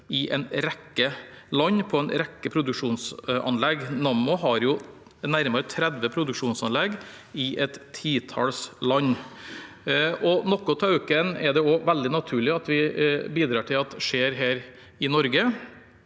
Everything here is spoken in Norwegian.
i en rekke land på en rekke produksjonsanlegg. Nammo har nærmere 30 produksjonsanlegg i et titalls land, og noe av økningen er det veldig naturlig at vi bidrar til at skjer her i Norge.